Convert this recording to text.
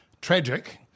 tragic